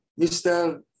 Mr